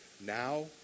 Now